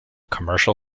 commercial